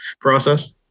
process